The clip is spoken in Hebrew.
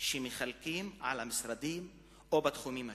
שמחלקים למשרדים או לתחומים השונים.